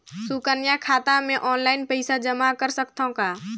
सुकन्या खाता मे ऑनलाइन पईसा जमा कर सकथव का?